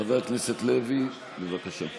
חבר הכנסת לוי, בבקשה.